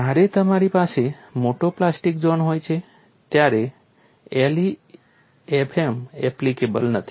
જ્યારે તમારી પાસે મોટો પ્લાસ્ટિક ઝોન હોય ત્યારે LEFM એપ્લિકેબલ નથી